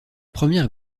première